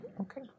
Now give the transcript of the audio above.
Okay